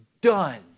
done